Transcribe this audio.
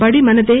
బడి మనదే